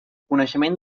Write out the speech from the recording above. coneixement